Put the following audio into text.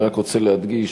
אני רק רוצה להדגיש,